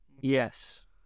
Yes